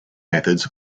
methods